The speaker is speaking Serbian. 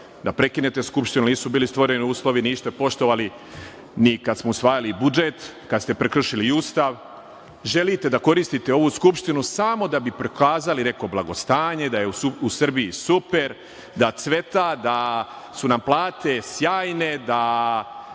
da prekinete Skupštinu jer nisu bili stvoreni uslovi. Niste poštovali ni kada smo usvajali budžet, kada ste prekršili i Ustav. Želite da koristite ovu Skupštinu samo da bi prikazali neko blagostanje, da je u Srbiji super, da cveta, da su nam plate sjajne, da